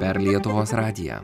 per lietuvos radiją